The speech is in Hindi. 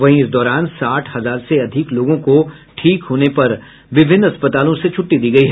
वहीं इस दौरान साठ हजार से अधिक लोगों को ठीक होने पर अस्पताल से छुट्टी दी गयी